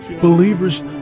Believers